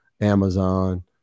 Amazon